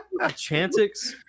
Chantix